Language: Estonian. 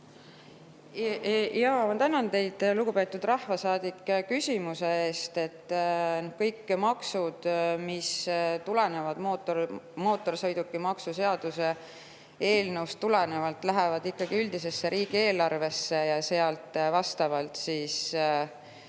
Ma tänan teid, lugupeetud rahvasaadik, küsimuse eest! Kõik maksud, mis tulenevad mootorsõidukimaksu seaduse eelnõust, lähevad ikkagi üldisesse riigieelarvesse ja sealt vastavalt